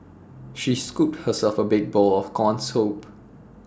she scooped herself A big bowl of Corn Soup